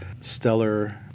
stellar